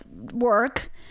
Work